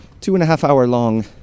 two-and-a-half-hour-long